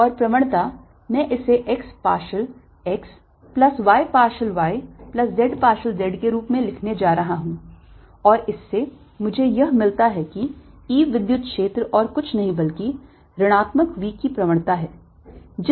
और प्रवणता मैं इसे x partial x plus y partial y plus z partial z के रूप में लिखने जा रहा हूं और इससे मुझे यह मिलता है कि E विद्युत क्षेत्र और कुछ नहीं बल्कि ऋणात्मक v की प्रवणता है